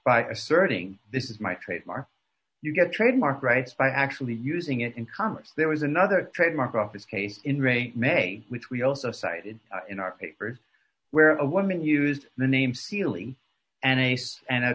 by asserting this is my trademark you get trademark rights by actually using it in common there was another trademark office case in re may which we also cited in our papers where a woman used the name sealy an ace and a